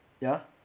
ya